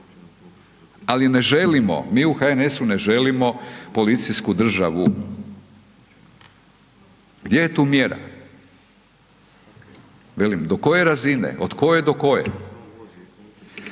Ali, ne želimo, mi u HNS-u ne želimo policijsku državu. Gdje je tu mjera? Velim, do koje razine, od koje do koje.